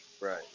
Right